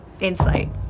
insight